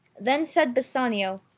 then said bassanio,